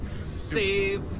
Save